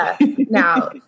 Now